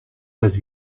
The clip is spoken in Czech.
bez